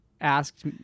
asked